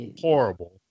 horrible